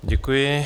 Děkuji.